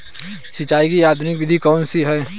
सिंचाई की आधुनिक विधि कौन सी है?